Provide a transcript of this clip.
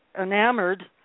enamored